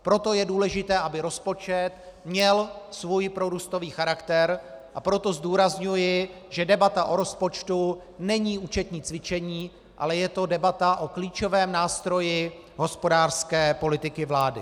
Proto je důležité, aby rozpočet měl svůj prorůstový charakter, a proto zdůrazňuji, že debata o rozpočtu není účetní cvičení, ale je to debata o klíčovém nástroji hospodářské politiky vlády.